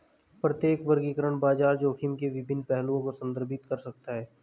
प्रत्येक वर्गीकरण बाजार जोखिम के विभिन्न पहलुओं को संदर्भित कर सकता है